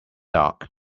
dark